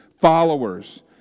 followers